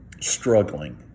struggling